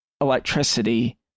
electricity